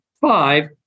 Five